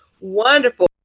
wonderful